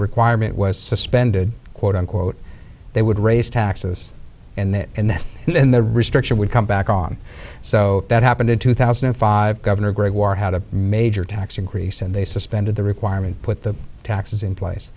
requirement was suspended quote unquote they would raise taxes and that in and the restriction would come back on so that happened in two thousand and five governor gregoire how to major tax increase and they suspended the requirement put the taxes in place